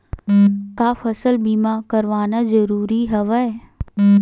का फसल बीमा करवाना ज़रूरी हवय?